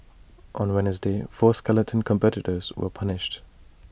on Wednesday four skeleton competitors were punished